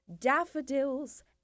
daffodils